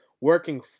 working